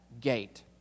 gate